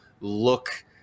look